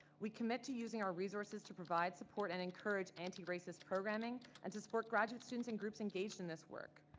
we commit to using our resources to provide support and encourage anti-racist programming and to support graduate students and groups engaged in this work.